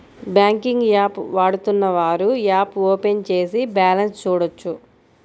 banking app వాడుతున్నవారు app open చేసి balance చూడొచ్చు